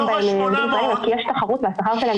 עד המרכיבים כולל?